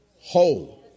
Whole